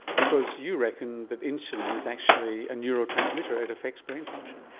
because you reckon that insulin is actually a neurotransmitter, it affects brain function.